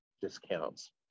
discounts